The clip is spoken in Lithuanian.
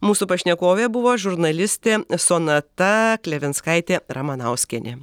mūsų pašnekovė buvo žurnalistė sonata klevinskaitė ramanauskienė